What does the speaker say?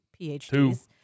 PhDs